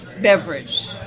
beverage